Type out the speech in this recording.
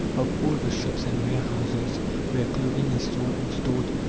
of all the shops and warehouses where clothing is sold or stored,